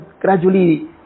gradually